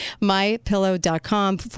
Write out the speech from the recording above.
MyPillow.com